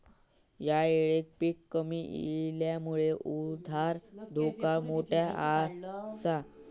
ह्या येळेक पीक कमी इल्यामुळे उधार धोका मोठो आसा